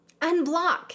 unblock